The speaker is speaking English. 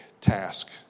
task